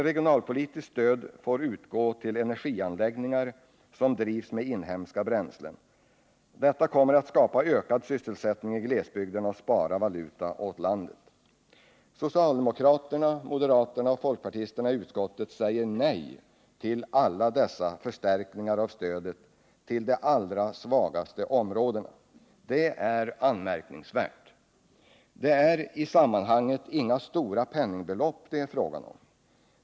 Regionalpolitiskt stöd får utgå till energianläggningar som drivs med inhemska bränslen. Detta kommer att skapa ökad sysselsättning i glesbygderna och spara valuta åt landet. Socialdemokraterna, moderaterna och folkpartisterna i utskottet säger nej till alla dessa förstärkningar av stödet till de allra svagaste områdena. Det är anmärkningsvärt. Det är i sammanhanget inte fråga om några stora penningbelopp.